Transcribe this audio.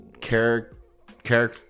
character